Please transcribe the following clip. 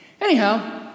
anyhow